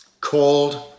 Called